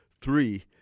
three